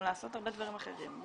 או לעשות הרבה דברים אחרים.